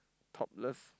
topless